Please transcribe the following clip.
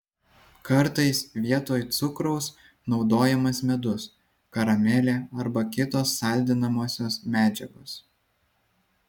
kartais vietoj cukraus naudojamas medus karamelė arba kitos saldinamosios medžiagos